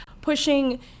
Pushing